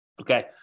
Okay